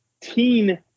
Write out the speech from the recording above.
teen